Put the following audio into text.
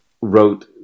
wrote